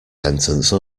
sentence